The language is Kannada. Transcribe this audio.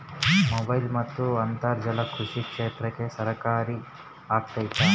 ಮೊಬೈಲ್ ಮತ್ತು ಅಂತರ್ಜಾಲ ಕೃಷಿ ಕ್ಷೇತ್ರಕ್ಕೆ ಸಹಕಾರಿ ಆಗ್ತೈತಾ?